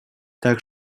так